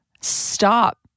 stop